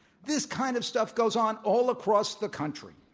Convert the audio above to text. this kind of stuff goes on all across the country,